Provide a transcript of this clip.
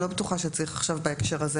אני לא בטוחה שצריך עכשיו בהקשר הזה